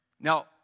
Now